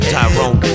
Tyrone